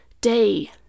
day